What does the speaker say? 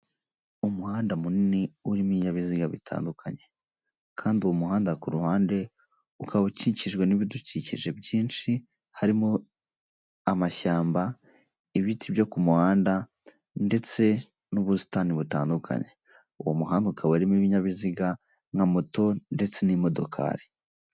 Umuhanda munini urimo ibinyabiziga bitandukanye, kandi uwo muhanda kuruhande ukaba ukikijwe n'ibidukikije byinshi, harimo amashyamba ibiti byo ku ku muhanda, ndetse n'ubusitani butandukanye, uwo muhanda ukaba urimo ibinyabiziga nka moto ndetse n'imodokari.